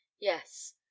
yes